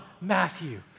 Matthew